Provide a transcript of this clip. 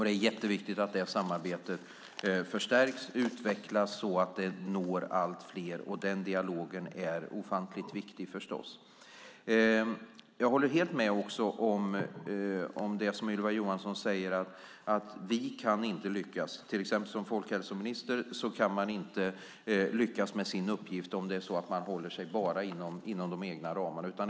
Det är jätteviktigt att samarbetet förstärks och utvecklas så att det når allt fler. Denna dialog är ofantligt viktig. Jag håller helt med också om det som Ylva Johansson säger om att vi inte kan lyckas ensamma. Som folkhälsominister, till exempel, kan man inte lyckas med sin uppgift om man bara håller sig inom de egna ramarna.